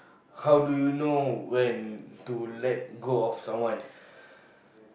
how do you know when to let go of someone